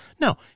No